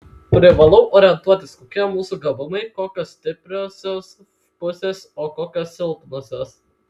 privalau orientuotis kokie mūsų gabumai kokios stipriosios pusės o kokios silpnosios